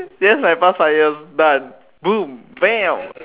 that's my past five years done boom bam